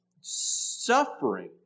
suffering